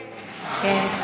כן.